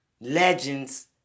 legends